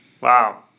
Wow